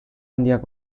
handiak